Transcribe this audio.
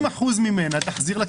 50% ממנה תחזיר.